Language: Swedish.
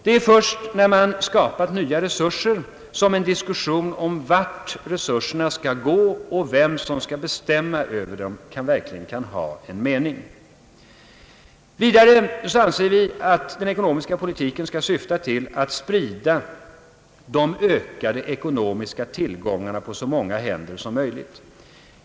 Det är först när man skapat nya resurser som en diskussion om vart resurserna skall gå och vem som skall bestämma över dem verkligen kan ha en mening. Vidare anser vi att den ekonomiska politiken skall syfta till att sprida de ökade ekonomiska tillgångarna på så många händer som möjligt.